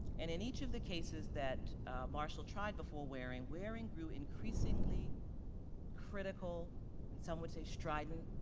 and in each of the cases that marshall tried before waring, waring grew increasingly critical and some would say strident,